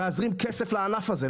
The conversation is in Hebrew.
להזרים כסף לענף הזה,